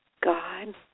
God